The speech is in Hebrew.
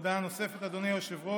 הודעה נוספת, אדוני היושב-ראש.